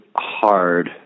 hard